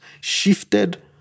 shifted